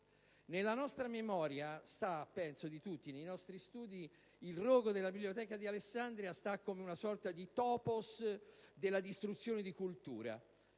Nella nostra memoria, penso in quella di tutti, nei nostri studi, il rogo della biblioteca di Alessandria sta come una sorta di *topos* della distruzione di cultura.